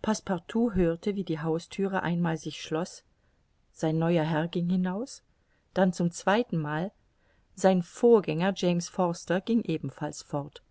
passepartout hörte wie die hausthüre einmal sich schloß sein neuer herr ging hinaus dann zum zweiten mal sein vorgänger james forster ging ebenfalls fort